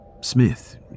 Smith